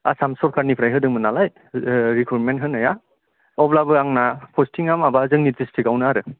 आसाम सरखारनिफ्राइ होदोंमोन नालाय रिख्रुइमेन्ट होनाया अब्लाबो आंना फसथिंआ माबा जोंनि दिस्थ्रिक्ट आवनो आरो